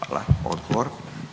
**Radin,